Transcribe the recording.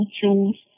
choose